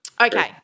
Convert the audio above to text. okay